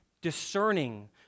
discerning